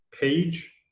page